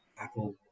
Apple